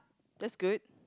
that's good